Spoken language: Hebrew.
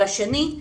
והשני,